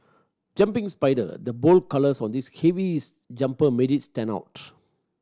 jumping spider the bold colours on this heavy jumper made it stand out